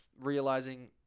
realizing